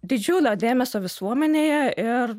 didžiulio dėmesio visuomenėje ir